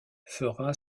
fera